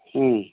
ம்